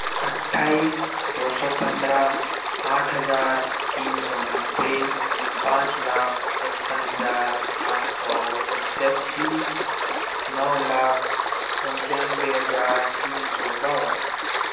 अट्ठाईस दो सौ पन्द्रह आठ हज़ार तीन सौ नब्बे पाँच लाख पचपन हज़ार आठ सौ सत्तासी नौ लाख पंचानबे हज़ार तीन सौ बावन